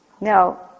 Now